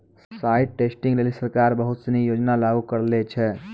site testing लेलि सरकार बहुत सिनी योजना लागू करलें छै